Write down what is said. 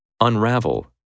Unravel